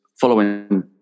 following